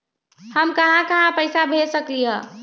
हम कहां कहां पैसा भेज सकली ह?